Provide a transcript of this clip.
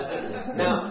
now